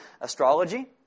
astrology